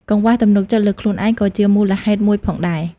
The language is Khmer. កង្វះទំនុកចិត្តលើខ្លួនឯងក៏ជាមូលហេតុមួយផងដែរ។